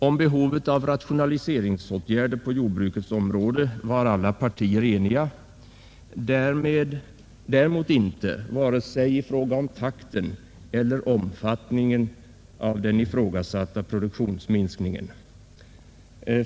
Om behovet av rationaliseringsåtgärder på jordbrukets område var alla partier eniga, däremot inte vare sig i fråga om takten eller omfattningen av den ifrågasatta produktionsminskningen.